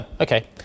okay